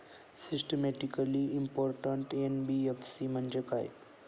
Systematically important NBFC म्हणजे काय?